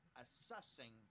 assessing